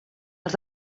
els